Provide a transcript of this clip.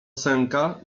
sęka